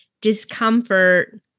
discomfort